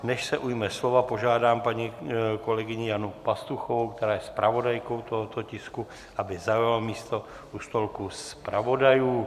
Než se ujme slova, požádám paní kolegyni Janu Pastuchovou, která je zpravodajkou tohoto tisku, aby zaujala místo u stolku zpravodajů.